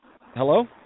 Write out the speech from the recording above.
Hello